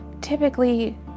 typically